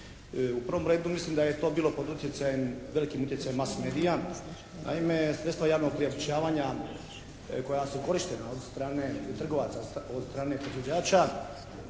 U prvom redu mislim da je to bilo pod utjecajem, velikim utjecajem mas medija. Naime, sredstva javnog priopćavanja koja su korištena od strane trgovaca, od strane proizvođača